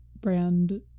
brand